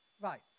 Right